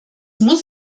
muss